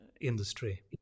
industry